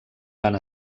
van